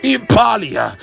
Impalia